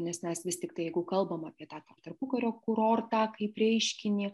nes mes vis tiktai jeigu kalbam apie tą tarpukario kurortą kaip reiškinį